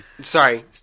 Sorry